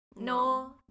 No